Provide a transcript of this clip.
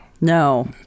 no